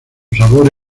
sabor